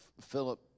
Philip